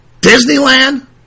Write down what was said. Disneyland